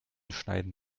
schneiden